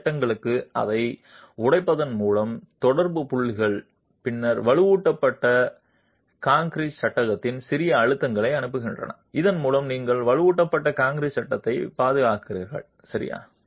துணை சட்டங்களுக்கு அதை உடைப்பதன் மூலம் தொடர்பு புள்ளிகள் பின்னர் வலுவூட்டப்பட்ட கான்கிரீட் சட்டகத்திற்கு சிறிய அழுத்தங்களை அனுப்புகின்றன இதன் மூலம் நீங்கள் வலுவூட்டப்பட்ட கான்கிரீட் சட்டத்தையும் பாதுகாக்கிறீர்கள் சரி